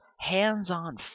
hands-on